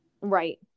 Right